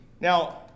Now